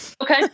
Okay